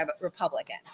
Republican